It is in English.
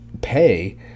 pay